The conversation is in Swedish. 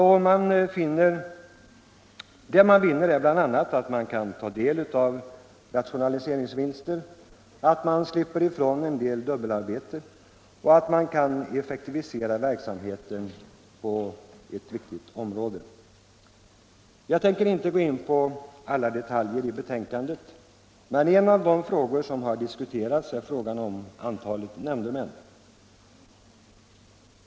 Vinsten är bl.a. att kunna ta del av rationaliseringsvinster, slippa ifrån en del dubbelarbete och kunna effektivisera verksamheten inom ett viktigt område. Jag tänker inte gå in på alla detaljer i betänkandet, men en av de frågor som har diskuterats är frågan om antalet nämndemän.